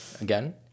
again